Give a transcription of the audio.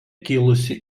kilusi